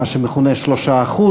מה שמכונה 3%,